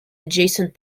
adjacent